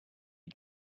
you